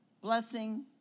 blessing